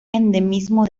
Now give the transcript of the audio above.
endemismo